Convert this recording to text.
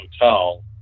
Hotel